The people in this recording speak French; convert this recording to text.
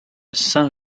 saint